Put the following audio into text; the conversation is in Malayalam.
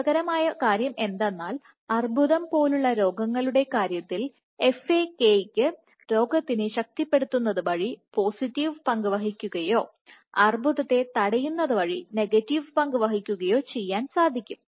രസകരമായ കാര്യം എന്തെന്നാൽ അർബുദം പോലുള്ള രോഗങ്ങളുടെ കാര്യത്തിൽ FAK ക്ക് രോഗത്തിനെ ശക്തിപ്പെടുത്തുന്നതുവഴി പോസിറ്റീവ് പങ്ക് വഹിക്കുകയോഅർബുദത്തെതടയുന്നതുവഴി നെഗറ്റീവ് പങ്ക് വഹിക്കുകയോ ചെയ്യാൻ സാധിക്കും